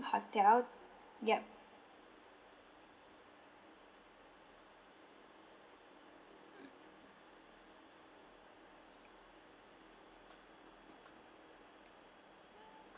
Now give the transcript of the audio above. hotel yup